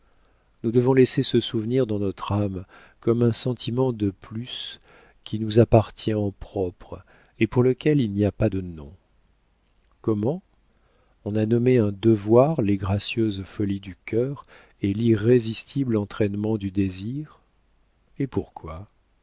nous devons laisser ce souvenir dans notre âme comme un sentiment de plus qui nous appartient en propre et pour lequel il n'y a pas de nom comment on a nommé un devoir les gracieuses folies du cœur et l'irrésistible entraînement du désir et pourquoi